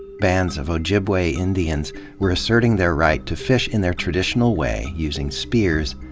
bands of ojibwe ind ians were asserting their right to fish in their traditional way, using spears,